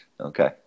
Okay